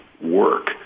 work